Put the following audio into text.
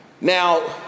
Now